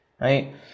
right